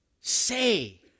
say